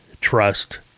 trust